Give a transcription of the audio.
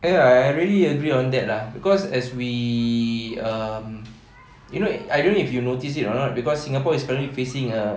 ya I really agree on that lah cause as we um you know I don't know if you notice it or not cause singapore is currently facing a